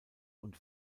und